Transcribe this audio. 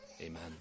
Amen